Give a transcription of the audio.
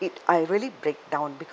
it I really break down because